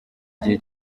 gihe